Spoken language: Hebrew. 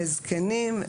זקנים.